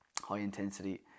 high-intensity